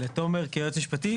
לתומר כיועץ משפטי,